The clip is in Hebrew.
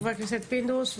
חבר הכנסת פינדרוס.